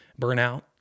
burnout